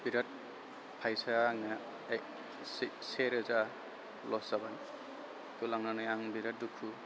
बिराद फैसा आंना एक सेरोजा लस जाबाय बेखौ लांनानै आं बिराद दुखु